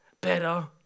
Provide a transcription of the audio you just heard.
Better